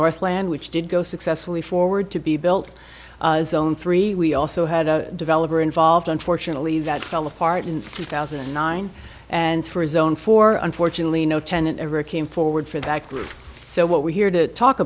northland which did go successfully forward to be built zone three we also had a developer involved unfortunately that fell apart in two thousand and nine and for his own four unfortunately no tenant ever came forward for the back room so what we're here to talk